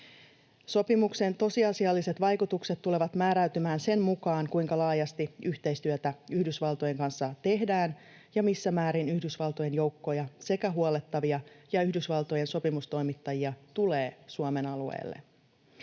Sopimuksen tosiasialliset vaikutukset tulevat määräytymään sen mukaan, kuinka laajasti yhteistyötä Yhdysvaltojen kanssa tehdään ja missä määrin Yhdysvaltojen joukkoja sekä huollettavia ja Yhdysvaltojen sopimustoimittajia tulee Suomen alueelle.